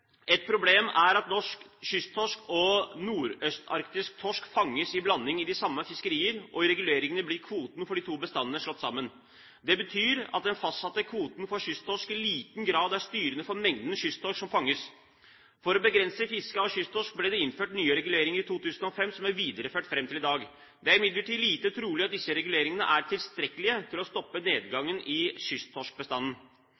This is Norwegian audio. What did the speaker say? Et problem er at norsk kysttorsk og nordøstarktisk torsk fanges i blanding i de samme fiskerier, og i reguleringene blir kvotene for de to bestandene slått sammen. Det betyr at den fastsatte kvoten for kysttorsk i liten grad er styrende for mengden kysttorsk som fanges. For å begrense fisket av kysttorsk ble det innført nye reguleringer i 2005, som er videreført fram til i dag. Det er imidlertid lite trolig at disse reguleringene er tilstrekkelige til å stoppe